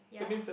yup